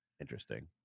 interesting